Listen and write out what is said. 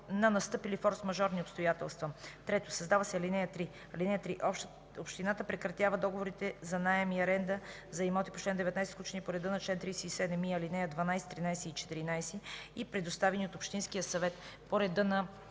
на настъпили форсмажорни обстоятелства.” 3. Създава се ал. 3: „(3) Общината прекратява договорите за наем и аренда за имоти по чл. 19, сключени по реда на чл. 37и, ал. 12, 13 и 14, и предоставени от общинския съвет по реда на